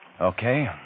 Okay